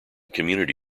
community